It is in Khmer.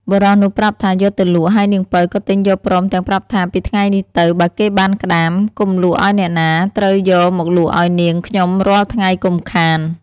បុរសនោះប្រាប់ថាយកទៅលក់ហើយនាងពៅក៏ទិញយកព្រមទាំងប្រាប់ថា ពីថ្ងៃនេះទៅបើគេបានក្ដាម កុំលក់ឲ្យអ្នកណាត្រូយកមកលក់ឲ្យនាងខ្ញុំរាល់ថ្ងៃកុំខាន។